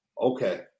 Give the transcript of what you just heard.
okay